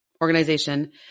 organization